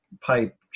pipe